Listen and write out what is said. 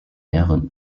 mehreren